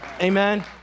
Amen